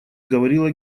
говорила